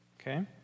Okay